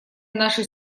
нашей